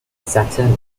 saturn